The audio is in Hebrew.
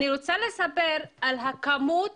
אני רוצה לספר על הכמות